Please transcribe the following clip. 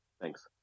Thanks